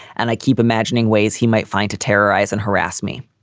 and i keep imagining ways he might find to terrorize and harass me.